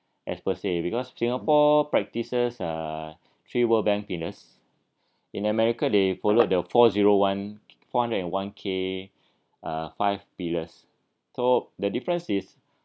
as per se because singapore practises uh three world bank pillars in america they follow the four zero one four hundred and one K uh five pillars so the difference is